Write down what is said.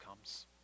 comes